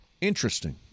interesting